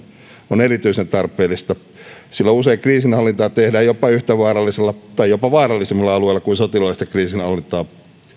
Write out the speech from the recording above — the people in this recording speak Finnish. on erityisen tarpeellista sillä usein kriisinhallintaa tehdään jopa yhtä vaarallisilla tai jopa vaarallisemmilla alueilla kuin sotilaallista kriisinhallintaa